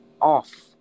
off